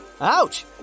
Ouch